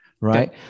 Right